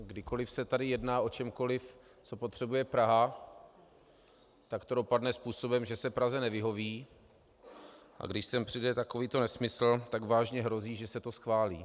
Kdykoliv se tady jedná o čemkoliv, co potřebuje Praha, tak to dopadne způsobem, že se Praze nevyhoví, a když sem přijde takovýto nesmysl, tak vážně hrozí, že se to schválí.